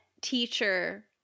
teacher